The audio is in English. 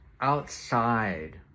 outside